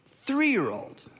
three-year-old